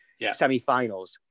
semifinals